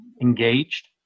engaged